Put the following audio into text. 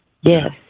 Yes